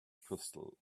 crystal